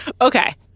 Okay